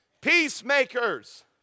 peacemakers